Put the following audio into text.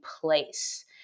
place